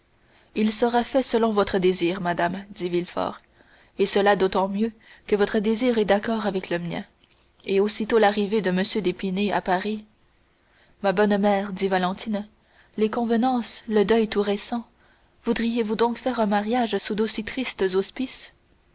il sera fait selon votre désir madame dit villefort et cela d'autant mieux que votre désir est d'accord avec le mien et aussitôt l'arrivée de m d'épinay à paris ma bonne mère dit valentine les convenances le deuil tout récent voudriez-vous donc faire un mariage sous d'aussi tristes auspices